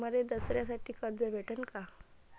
मले दसऱ्यासाठी कर्ज भेटन का?